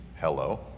hello